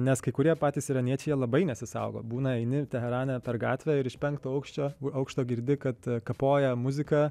nes kai kurie patys iraniečiai labai nesisaugo būna eini teherane per gatvę ir iš penkto aukšto aukšto girdi kad kapoja muzika